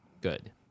good